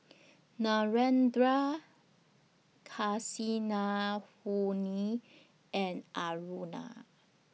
Narendra Kasinadhuni and Aruna